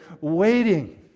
waiting